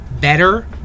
better